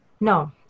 no